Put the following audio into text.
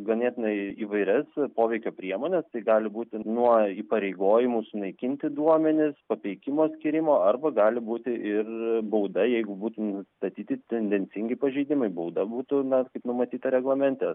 ganėtinai įvairias poveikio priemones tai gali būti nuo įpareigojimų sunaikinti duomenis papeikimo skyrimo arba gali būti ir bauda jeigu būtų nustatyti tendencingi pažeidimai bauda būtų na kaip numatyta reglamente